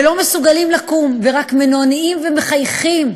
ולא מסוגלים לקום, ורק מנענעים ומחייכים,